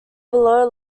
below